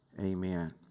Amen